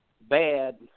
bad